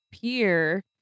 peer